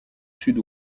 sud